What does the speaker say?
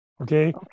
Okay